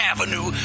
Avenue